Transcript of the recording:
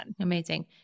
Amazing